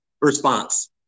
response